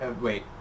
Wait